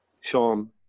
Sean